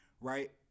right